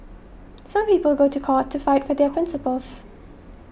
some people go to court to fight for their principles